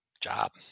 job